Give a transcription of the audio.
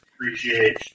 appreciate